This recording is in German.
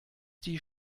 die